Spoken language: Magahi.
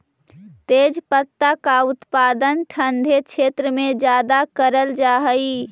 तेजपत्ता का उत्पादन ठंडे क्षेत्र में ज्यादा करल जा हई